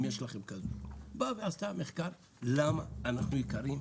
אם יש לכם כזאת באה ועשתה מחקר למה אנחנו יקרים?